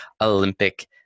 Olympic